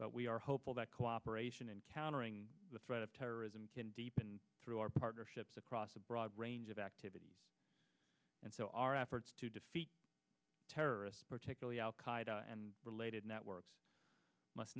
but we are hopeful that cooperation in countering the threat of terrorism can deepen through our partnerships across a broad range of activities and so our efforts to defeat terrorists particularly al qaeda and related networks must